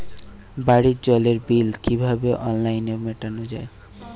বাড়ির জলের বিল কিভাবে অনলাইনে মেটানো যায়?